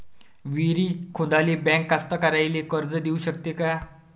विहीर खोदाले बँक कास्तकाराइले कर्ज देऊ शकते का?